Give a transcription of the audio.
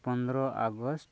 ᱯᱚᱱᱮᱨᱚᱭ ᱟᱜᱚᱥᱴ